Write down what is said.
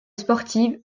sportive